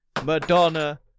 Madonna